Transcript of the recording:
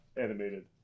animated